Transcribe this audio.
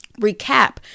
recap